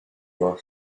your